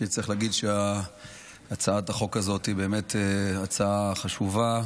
צריך להגיד שהצעת החוק הזאת היא באמת הצעה חשובה.